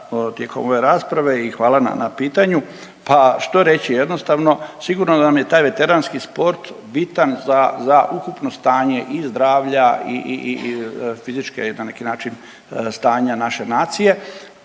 tijekom ove rasprave i hvala na pitanju. Pa što reći jednostavno sigurno da nam je taj veteranski sport bitan za, za ukupno stanje i zdravlja i fizičke na neki način stanja naše nacije,